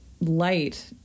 light